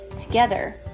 Together